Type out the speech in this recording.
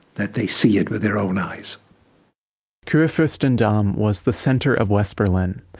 that they see it with their own eyes kurfurstendamm was the center of west berlin.